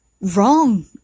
wrong